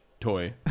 toy